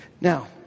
Now